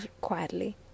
quietly